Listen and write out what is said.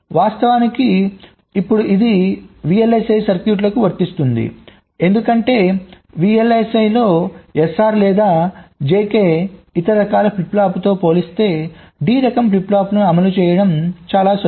వాస్తవానికి ఇప్పుడు ఇది VLSI సర్క్యూట్లకు వర్తిస్తుంది ఎందుకంటే VLSI లో SR లేదా JK ఇతర రకాల ఫ్లిప్ ఫ్లాప్లతో పోలిస్తే D రకం ఫ్లిప్ ఫ్లాప్లను అమలు చేయడం చాలా సులభం